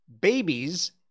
babies